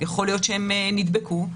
יכול שהם נדבקו,